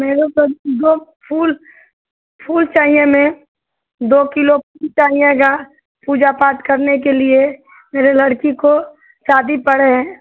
मेरेको दो फूल फूल चाहिए में दो किलो चाहिएगा पूजा पाठ करने के लिए मेरे लड़की को शादी पड़े हैं